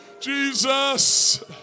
Jesus